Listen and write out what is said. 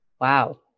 wow